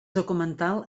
documental